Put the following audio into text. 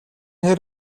хэр